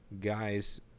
guys